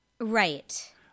right